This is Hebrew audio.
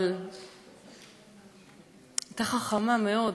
אבל הייתה חכמה מאוד.